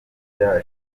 rya